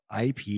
IP